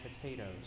potatoes